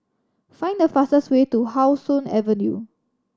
find the fastest way to How Sun Avenue